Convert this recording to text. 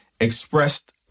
expressed